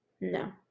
No